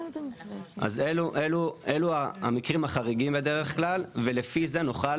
אלו המקרים החריגים בדרך כלל ולפי זה נוכל